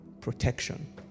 protection